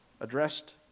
addressed